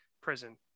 prison